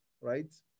right